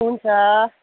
हुन्छ